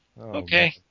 Okay